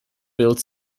built